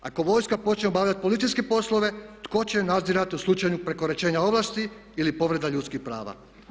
Ako vojska počne obavljati policijske poslove tko će nadzirati u slučaju prekoračenja ovlasti ili povreda ljudskih prava?